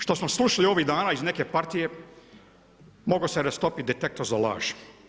Što smo slušali ovih dana iz neke partije, mogao se rastopit detektor za laž.